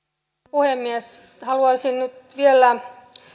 puhemies haluaisin nyt vielä